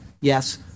Yes